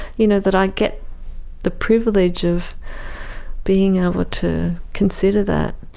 you know that i get the privilege of being able to consider that.